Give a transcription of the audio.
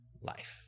life